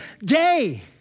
day